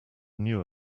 knew